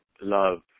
love